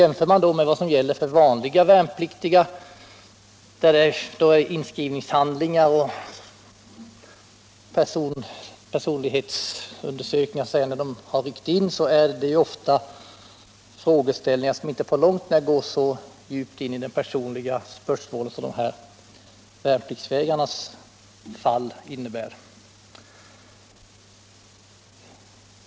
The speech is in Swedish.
Jämför man med de inskrivningshandlingar och personlighetsundersökningar som vid inryckningen krävs när det gäller vanliga värnpliktiga, finner man att dessa undersökningar inte på långt när tränger så djupt in på det personliga området som de som utförs beträffande värnpliktsvägrarna.